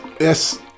yes